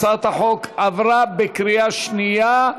הצעת החוק עברה בקריאה שנייה.